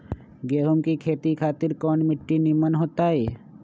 गेंहू की खेती खातिर कौन मिट्टी निमन हो ताई?